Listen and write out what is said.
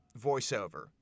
voiceover